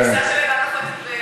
אפשר לעשות פרוטקציה.